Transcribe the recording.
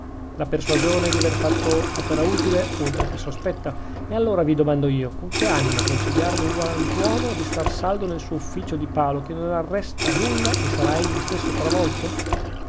la persuasione di aver fatto opera inutile oltre che sospetta e allora vi domando io con che animo consigliare ad un galantuomo di star saldo nel suo ufficio di palo che non arresta nulla e sarà egli stesso travolto